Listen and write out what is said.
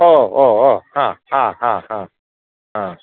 O ഒ ഒ ആ ആ ആ ആ ആ